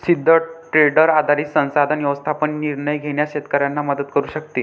सिद्ध ट्रेंडवर आधारित संसाधन व्यवस्थापन निर्णय घेण्यास शेतकऱ्यांना मदत करू शकते